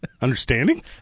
understanding